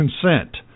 consent